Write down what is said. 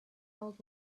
old